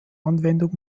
anwendung